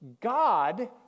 God